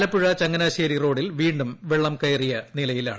ആലപ്പുഴ ചങ്ങാനാശേരി റോഡിൽ വീണ്ടും വെളളം കയറിയ നിലയിലാണ്